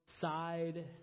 side